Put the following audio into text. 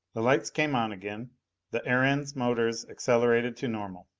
the lights came on again the erentz motors accelerated to normal.